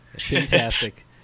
Fantastic